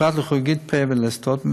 פרט לכירורגית פה ולסתות,